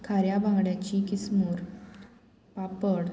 खाऱ्या बांगड्याची किसमूर पापड